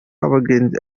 abagenzi